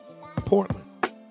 Portland